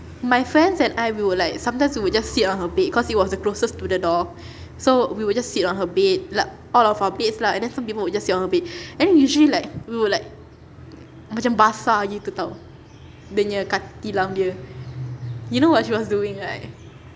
my friends and I we will like sometimes we would just sit on her bed cause it was the closest to the door so we will just sit on her bed like all of our beds lah and then some people would just sit on her bed and then usually like we will like macam basah gitu [tau] dia nya ka~ tilam dia you know what she was doing right